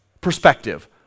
perspective